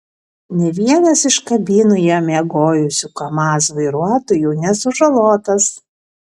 nė vienas iš kabinoje miegojusių kamaz vairuotojų nesužalotas